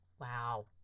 Wow